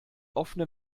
offene